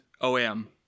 O-M